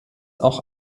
auch